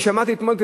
אני שמעתי אתמול,